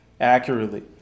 accurately